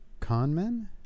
Conmen